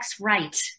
right